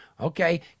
Okay